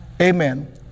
Amen